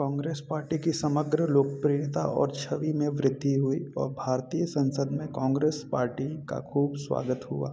Congress party की समग्र लोकप्रियता और छवि में वृद्धि हुई और भारतीय संसद में कांग्रेस पार्टी का खूब स्वागत हुआ